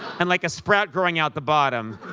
and, like, a sprout growing out the bottom.